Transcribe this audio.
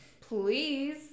Please